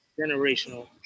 generational